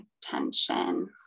tension